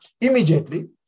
immediately